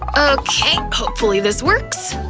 okay, hopefully this works.